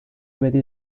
beti